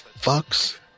fucks